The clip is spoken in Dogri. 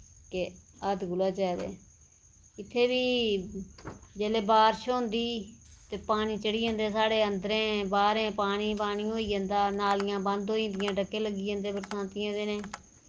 कि हद्द कोला जैदा इत्थै बी जेल्लै बारश होंदी ते पानी चढ़ी जंदे साढ़े अंदरें बाह्रें पानी पानी होई जंदा नालियां बंद होई जन्दियां ढक्के लग्गी जन्दे बरसांती दे दिनें